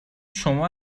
شما